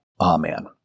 Amen